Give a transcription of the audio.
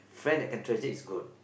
friend that can treasure is good